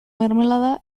mermelada